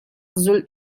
zulh